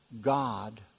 God